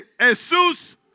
Jesus